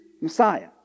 Messiah